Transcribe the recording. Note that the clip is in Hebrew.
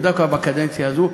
ודווקא בקדנציה הזאת,